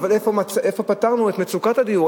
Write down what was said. אבל איפה פתרנו את מצוקת הדיור?